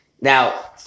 Now